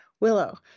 Willow